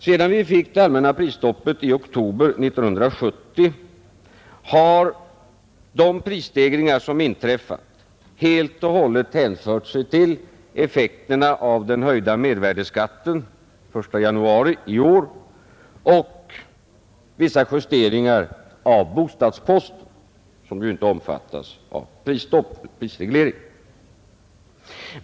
Sedan vi fick det allmänna prisstoppet i oktober 1970 har de prisstegringar som inträffat helt och hållet hänfört sig till effekterna av att mervärdeskatten höjdes den 1 januari i år samt vissa justeringar av bostadskostnaderna, som ju inte omfattas av prisregleringen.